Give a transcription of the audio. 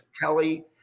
Kelly